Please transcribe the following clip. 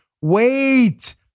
Wait